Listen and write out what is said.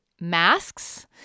masks